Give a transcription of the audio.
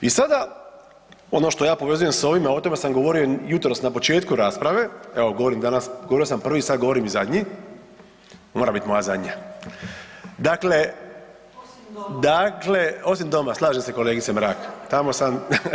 I sada, ono što ja povezujem s ovime, o tome sam govorio jutros na početku rasprave, evo govorio sam prvi sad govorim i zadnji, mora biti moja zadnja, dakle … [[Upadica se ne razumije.]] osim dom, slažem se kolegice Mrak, tamo sam.